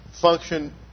function